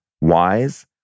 wise